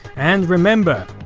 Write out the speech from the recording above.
and remember.